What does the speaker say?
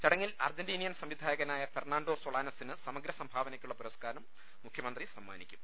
ചടങ്ങിൽ അർജന്റീനിയൻ സംവിധായകനായ ഫെർണാണ്ടോ സൊളാനസിന് സമഗ്ര സംഭാവനക്കുള്ള പുരസ്ക്കാരം മുഖ്യമന്ത്രി സമ്മാനിക്കും